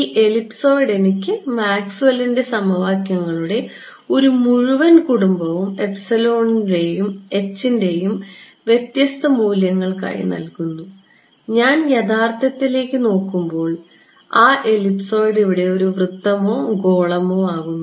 ഈ എലിപ്സോയ്ഡ് എനിക്ക് മാക്സ്വെല്ലിന്റെ സമവാക്യങ്ങളുടെ ഒരു മുഴുവൻ കുടുംബവും യുടെയും ൻറെയും വ്യത്യസ്ത മൂല്യങ്ങൾക്കായി നൽകുന്നു ഞാൻ യാഥാർത്ഥ്യത്തിലേക്ക് നോക്കുമ്പോൾ ആ എലിപ്സോയ്ഡ് ഇവിടെ ഒരു വൃത്തമോ ഗോളമോ ആകുന്നു